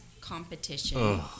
competition